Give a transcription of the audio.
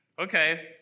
Okay